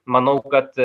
manau kad